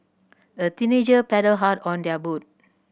the teenager paddled hard on their boat